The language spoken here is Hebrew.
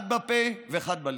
אחד בפה ואחד בלב.